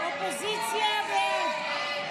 הסתייגות 221 לא נתקבלה.